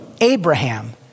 Abraham